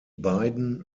beiden